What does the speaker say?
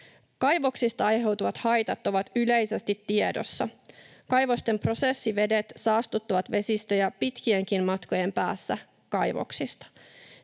Kaivoksista aiheutuvat haitat ovat yleisesti tiedossa. Kaivosten prosessivedet saastuttavat vesistöjä pitkienkin matkojen päässä kaivoksista.